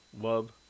love